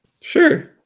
Sure